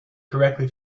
correctly